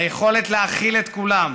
היכולת להכיל את כולם.